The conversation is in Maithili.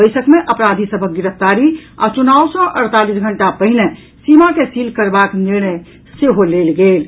बैसक मे अपराधी सभक गिरफ्तारी आ चुनाव सँ अड़तालीस घंटा पहिने सीमा के सील करबाक निर्णय सेहो लेल गेल अछि